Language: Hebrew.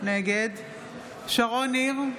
אינו נוכח שרון ניר,